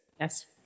Yes